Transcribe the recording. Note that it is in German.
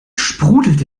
sprudelte